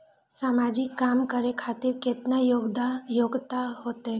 समाजिक काम करें खातिर केतना योग्यता होते?